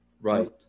right